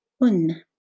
un